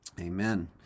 Amen